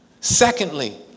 Secondly